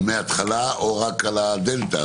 מההתחלה או רק על הדלתא?